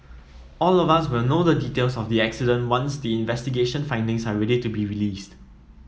all of us will know the details of the accident once the investigation findings are ready to be released